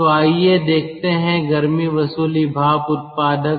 तो आइए देखते हैं गर्मी वसूली भाप उत्पादक